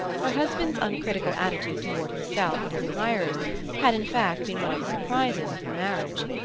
her husband's uncritical attitude toward himself and his admirers had in fact been one of the surprises of her marriage.